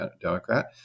Democrat